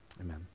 amen